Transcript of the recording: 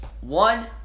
one